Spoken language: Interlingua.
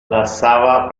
lassava